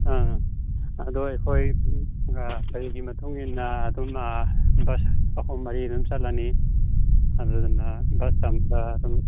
ꯑꯥ ꯑꯗꯣ ꯑꯩꯈꯣꯏꯒ ꯀꯩꯒꯤ ꯃꯇꯨꯡ ꯏꯟꯅ ꯑꯗꯨꯝ ꯑꯥ ꯕꯁ ꯑꯍꯨꯝ ꯃꯔꯤ ꯑꯗꯨꯝ ꯆꯠꯂꯅꯤ ꯑꯗꯨꯗꯨꯅ ꯕꯁ ꯑꯃꯗ ꯑꯗꯨꯝ